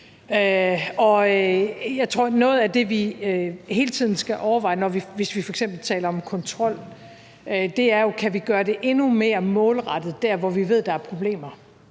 noget af det, vi hele tiden skal overveje, hvis vi f.eks. taler om kontrol, er, om vi kan gøre det endnu mere målrettet der, hvor vi ved der er problemer.